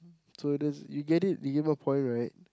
so does you get it you give a point right